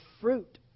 fruit